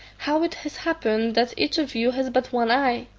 how it has happened that each of you has but one eye?